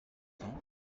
ans